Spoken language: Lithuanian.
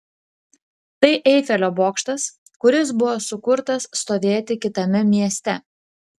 tai eifelio bokštas kuris buvo sukurtas stovėti kitame mieste